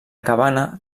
cabana